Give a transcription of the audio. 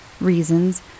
reasons